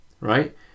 right